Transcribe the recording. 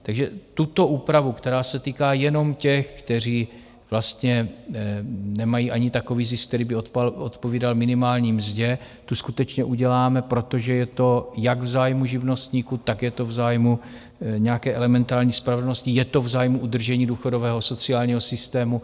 Takže tuto úpravu, která se týká jenom těch, kteří vlastně nemají ani takový zisk, který by odpovídal minimální mzdě, tu skutečně uděláme, protože je to jak v zájmu živnostníků, tak je to v zájmu nějaké elementární spravedlnosti, je to v zájmu udržení důchodového a sociálního systému.